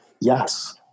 yes